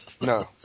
no